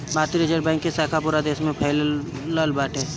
भारतीय reserve bank के शाखा पूरा देस में फइलल बाटे